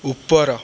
ଉପର